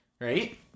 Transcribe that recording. right